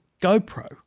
GoPro